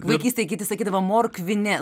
vaikystėj kiti sakydavo morkvinė